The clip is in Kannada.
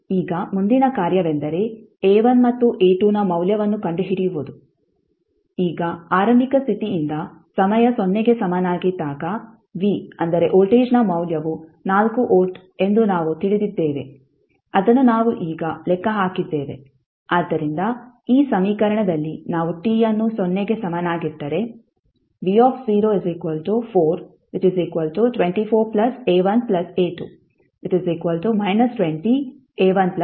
ಈಗ ಮುಂದಿನ ಕಾರ್ಯವೆಂದರೆ A1 ಮತ್ತು A2 ನ ಮೌಲ್ಯವನ್ನು ಕಂಡುಹಿಡಿಯುವುದು ಈಗ ಆರಂಭಿಕ ಸ್ಥಿತಿಯಿಂದ ಸಮಯ ಸೊನ್ನೆಗೆ ಸಮನಾಗಿದ್ದಾಗ v ಅಂದರೆ ವೋಲ್ಟೇಜ್ನ ಮೌಲ್ಯವು 4 ವೋಲ್ಟ್ ಎಂದು ನಾವು ತಿಳಿದಿದ್ದೇವೆ ಅದನ್ನು ನಾವು ಈಗ ಲೆಕ್ಕ ಹಾಕಿದ್ದೇವೆ ಆದ್ದರಿಂದ ಈ ಸಮೀಕರಣದಲ್ಲಿ ನಾವು t ಅನ್ನು ಸೊನ್ನೆಗೆ ಸಮನಾಗಿಟ್ಟರೆ ಅನ್ನು ಪಡೆಯುತ್ತೇವೆ